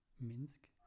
Minsk